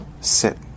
sit